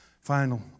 Final